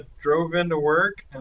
drove into work and